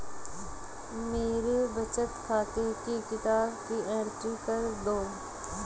मेरे बचत खाते की किताब की एंट्री कर दो?